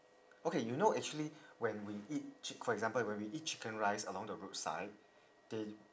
okay you know actually when we eat chick~ for example when we eat chicken rice along the roadside they